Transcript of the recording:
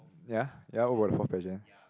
ya ya what about the fourth question